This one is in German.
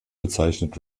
bezeichnet